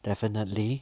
definitely